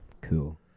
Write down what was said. cool